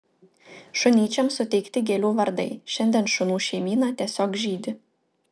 šunyčiams suteikti gėlių vardai šiandien šunų šeimyna tiesiog žydi